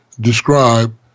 describe